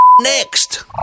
next